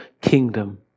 kingdom